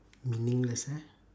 meaningless ah